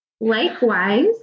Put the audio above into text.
Likewise